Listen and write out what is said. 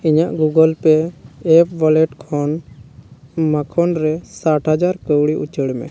ᱤᱧᱟᱹᱜ Google Pay app wallet ᱠᱷᱚᱱ ᱢᱟᱠᱷᱚᱱ ᱨᱮ ᱥᱟᱴ ᱦᱟᱡᱟᱨ ᱠᱟᱹᱣᱲᱤ ᱩᱪᱟᱹᱲ ᱢᱮ